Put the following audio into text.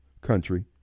country